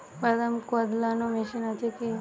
বাদাম কদলানো মেশিন আছেকি?